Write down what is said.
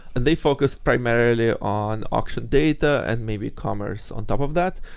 and they focus primarily on auction data and maybe commerce on top of that.